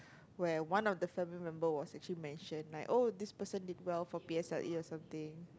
where one of the family member was actually mentioned like oh this person did well for P_S_L_E or something